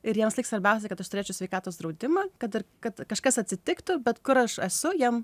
ir jiems liks svarbiausia kad aš turėčiau sveikatos draudimą kad ir kad kažkas atsitiktų bet kur aš esu jiem